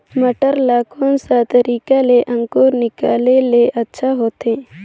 मटर ला कोन सा तरीका ले अंकुर निकाले ले अच्छा होथे?